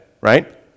right